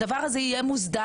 הדבר הזה צריך להיות מוסדר,